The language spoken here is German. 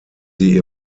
sie